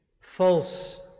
false